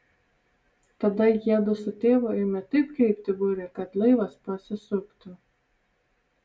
tada jiedu su tėvu ėmė taip kreipti burę kad laivas pasisuktų